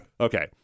Okay